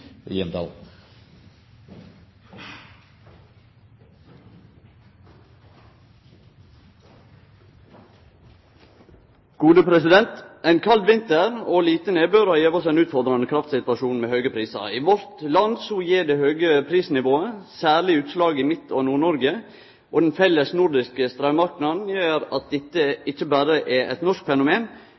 Ein kald vinter og lite nedbør har gjeve oss ein utfordrande kraftsituasjon, med høge prisar. I vårt land gjev det høge prisnivået seg særleg utslag i Midt-Noreg og Nord-Noreg. Den felles nordiske straummarknaden gjer at dette ikkje berre er eit norsk fenomen.